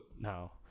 No